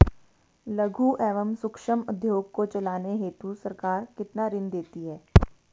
लघु एवं सूक्ष्म उद्योग को चलाने हेतु सरकार कितना ऋण देती है?